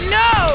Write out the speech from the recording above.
no